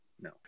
no